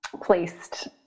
placed